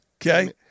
Okay